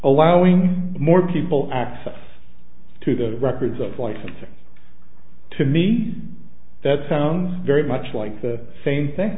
allowing more people access to the records of licensing to me that sounds very much like the same thing